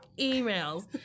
emails